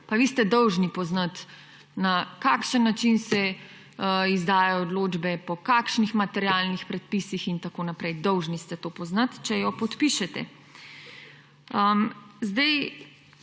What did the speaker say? Pa vi ste dolžni poznati, na kakšen način se izdajajo odločbe, po kakšnih materialnih predpisih in tako naprej, dolžni ste to poznati, če jo podpišete. Ta